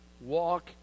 walk